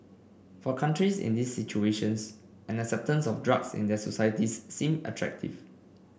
for countries in these situations an acceptance of drugs in their societies seem attractive